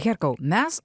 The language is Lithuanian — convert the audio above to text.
herkau mes